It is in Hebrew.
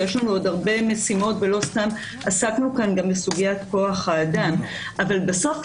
יש לנו עוד הרבה משימות ולא סתם עסקנו כאן בסוגיית כוח האדם אבל בסוף,